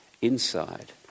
inside